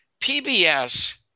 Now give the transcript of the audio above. PBS